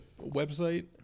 website